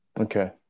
Okay